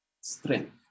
strength